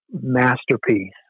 masterpiece